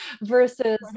versus